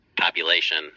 population